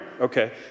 Okay